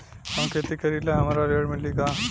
हम खेती करीले हमरा ऋण मिली का?